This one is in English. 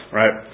right